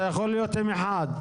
אתה יכול להיות עם אחד.